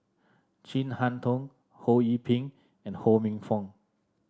Chin Harn Tong Ho Yee Ping and Ho Minfong